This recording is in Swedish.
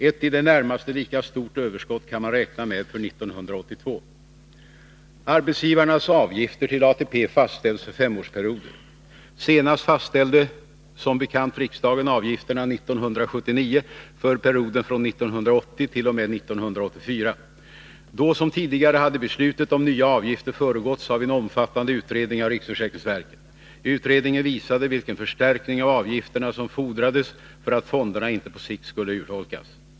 Ett i det närmaste lika stort överskott kan man räkna med för 1982. Arbetsgivarnas avgifter till ATP fastställs för femårsperioder. Senast fastställde som bekant riksdagen 1979 avgifterna för perioden från 1980 t.o.m. 1984. Då som tidigare hade beslutet om de nya avgifterna föregåtts av en omfattande utredning av riksförsäkringsverket. Utredningen visade vilken förstärkning av avgifterna som fordrades för att fonderna inte på sikt skulle urholkas.